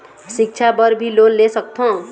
सिक्छा बर भी लोन ले सकथों?